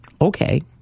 Okay